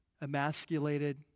emasculated